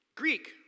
Greek